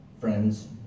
friends